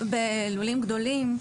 בלולים גדולים,